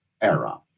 era